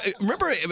remember